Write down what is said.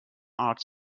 art